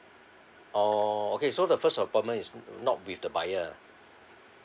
orh okay so the first appointment is not with the buyer